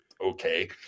okay